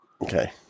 Okay